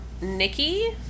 Nikki